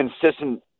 consistent